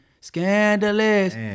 scandalous